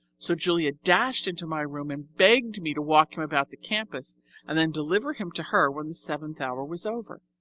so julia dashed into my room and begged me to walk him about the campus and then deliver him to her when the seventh hour was over.